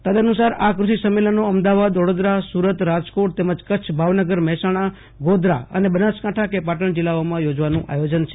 તદ્દઅનુસાર આ ફષિ સંમેલનો અમદાવાદ વડોદરા સુરત રાજકોટ તેમજ કચ્છ ભાવનગર મહેસાણા ગોધરા અને બનાસકાંઠા કે પાટણ જિલ્લાઓમાં યોજવાનું આયોજન છે